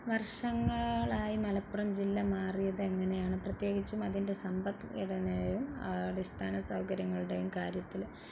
വര്ഷങ്ങളായി മലപ്പുറം ജില്ല മാറിയതെങ്ങനെയാണ് പ്രത്യേകിച്ചും അതിന്റെ സമ്പത്ഘടനയെയും അടിസ്ഥാന സൗകര്യങ്ങളുടെയും കാര്യത്തിൽ